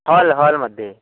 hall हाल्मध्ये